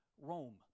Rome